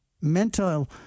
mental